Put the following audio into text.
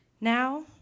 Now